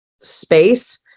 space